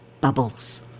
bubbles